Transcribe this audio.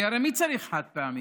כי הרי מי צריך חד-פעמי?